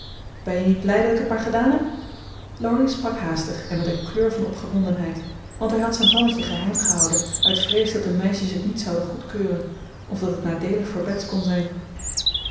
ben je niet blij dat ik het maar gedaan heb laurie sprak haastig en met een kleur van opgewondenheid want hij had zijn plannetje geheim gehouden uit vrees dat de meisjes het niet zouden goedkeuren of dat het nadeelig voor bets kon zijn